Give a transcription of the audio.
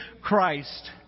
Christ